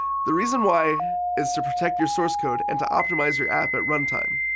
the reason why is to protect your source code and to optimize your app at runtime.